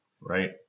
Right